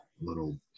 little